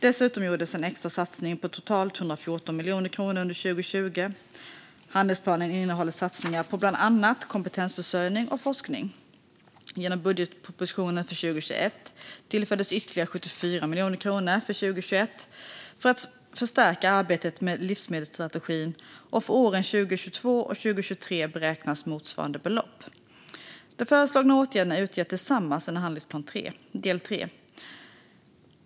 Dessutom gjordes en extra satsning på totalt 114 miljoner kronor under 2020. Handlingsplanen innehåller satsningar på bland annat kompetensförsörjning och forskning. Genom budgetpropositionen för 2021 tillfördes ytterligare 74 miljoner kronor för 2021 för att förstärka arbetet med livsmedelsstrategin, och för åren 2022 och 2023 beräknas motsvarande belopp. De föreslagna åtgärderna utgör tillsammans en handlingsplan del 3.